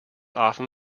often